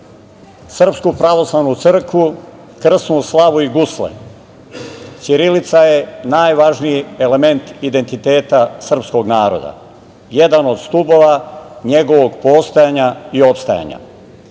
Srpsku pravoslavnu crkvu, krsnu slavu i gusle, ćirilica je najvažniji element identiteta srpskog naroda, jedan od stubova njegovog postojanja i opstanka.Za